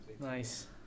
nice